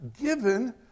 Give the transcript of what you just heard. given